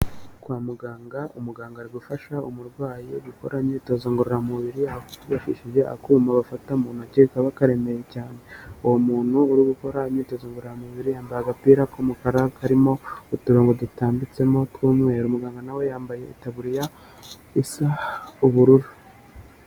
Kwa muganga, umuganga ari gufasha umurwayi gukora imyitozo ngororamubiri, bifashishije akuma bafata mu ntoki kaba karemeye cyane. Uwo muntu uri gukora imyitozo ngororamubiri, yambaye agapira k'umukara karimo uturongo dutambitsemo tw'umweru. Muganga nawe yambaye itaburiya isa ubururu.